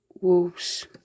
Wolves